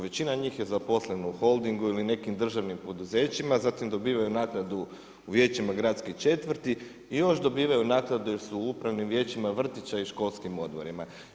Većina njih je zaposleno u Holdingu ili nekim državnim poduzećima, zatim dobivaju naknadu u vijećima gradske četvrti i još dobivaju naknadu jer su u upravnim vijećima, vrtića i školskim odmorima.